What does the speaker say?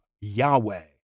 Yahweh